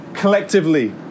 Collectively